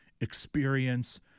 experience